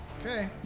Okay